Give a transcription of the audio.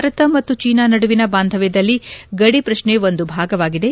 ಭಾರತ ಮತ್ತು ಚೀನಾ ನಡುವಿನ ಬಾಂಧವ್ಯದಲ್ಲಿ ಗಡಿ ಪ್ರಶ್ನೆ ಒಂದು ಭಾಗವಾಗಿದೆ